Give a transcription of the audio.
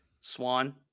Swan